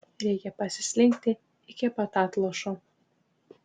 reikia pasislinkti iki pat atlošo